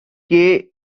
graphs